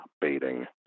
baiting